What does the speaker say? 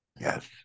Yes